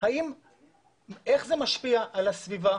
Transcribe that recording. איך זה משפיע על הסביבה,